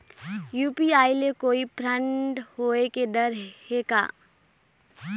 UPI ले कोई fraud होए के डर हे का?